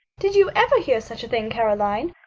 did you ever hear such a thing, caroline?